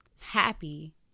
happy